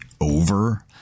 over